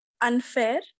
unfair